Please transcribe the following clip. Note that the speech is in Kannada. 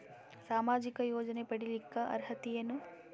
ಸಾಮಾಜಿಕ ಯೋಜನೆ ಪಡಿಲಿಕ್ಕ ಅರ್ಹತಿ ಎನದ?